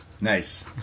nice